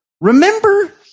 remember